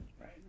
right